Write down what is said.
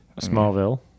Smallville